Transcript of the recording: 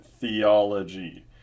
theology